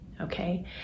Okay